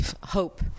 Hope